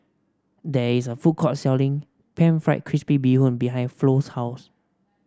there is a food court selling pan fried crispy Bee Hoon behind Flo's house